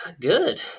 Good